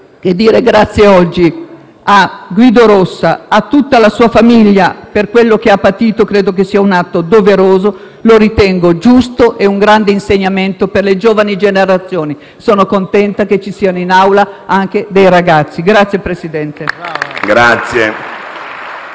oggi Guido Rossa e tutta la sua famiglia per quello che ha patito credo che sia un atto doveroso; lo ritengo giusto e un grande insegnamento per le giovani generazioni. Sono contenta che siano in Aula anche dei ragazzi che assistono